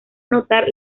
notar